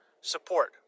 support